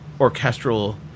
orchestral